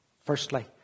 Firstly